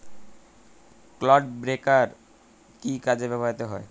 Clod breaker কি কাজে ব্যবহৃত হয়?